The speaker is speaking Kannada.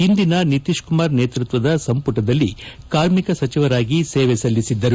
ಹಿಂದಿನ ನಿತೀಶ್ ಕುಮಾರ್ ನೇತೃತ್ವದ ಸಂಪುಟದಲ್ಲಿ ಕಾರ್ಮಿಕ ಸಚಿವರಾಗಿ ಸೇವೆ ಸಲ್ಲಿಸಿದ್ದರು